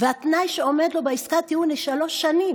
והתנאי שעומד לו בעסקת הטיעון הוא שלוש שנים.